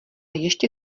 ještě